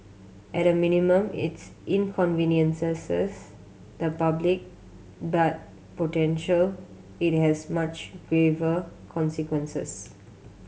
at a minimum its inconveniences the public but potential it has much graver consequences